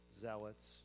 zealots